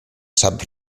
sap